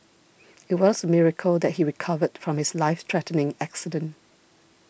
it was a miracle that he recovered from his life threatening accident